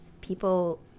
people